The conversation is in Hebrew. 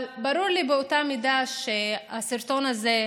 אבל ברור לי באותה מידה שהסרטון הזה,